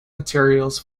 materials